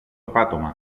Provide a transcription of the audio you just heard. πάτωμα